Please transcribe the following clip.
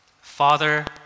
Father